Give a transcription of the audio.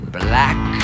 black